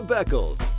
Beckles